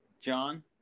John